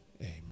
Amen